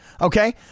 Okay